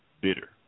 bitter